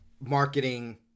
marketing